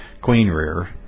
queen-rear